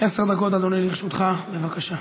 עשר דקות, אדוני, לרשותך, בבקשה.